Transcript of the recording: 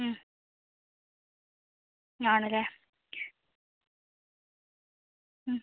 മ് ആണല്ലേ മ്